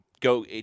go